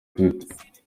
twitter